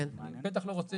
אני בטח לא רוצה